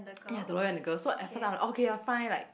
!aiya! on the girl so at first I was like okay lah fine like